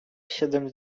siedem